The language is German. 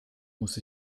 muss